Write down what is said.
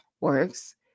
Works